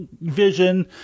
vision